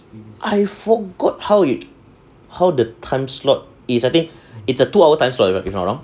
I forgot how it how the time slot is I think it's a two hour time slot if I'm not wrong